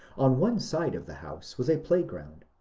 on one side of the house was a playground.